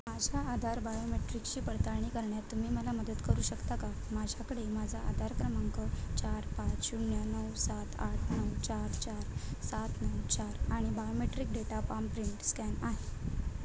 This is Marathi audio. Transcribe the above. माझ्या आधार बायोमेट्रिकशी पडताळणी करण्यात तुम्ही मला मदत करू शकता का माझ्याकडे माझा आधार क्रमांक चार पाच शून्य नऊ सात आठ नऊ चार चार सात नऊ चार आणि biometric data palm print scan आहे